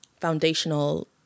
foundational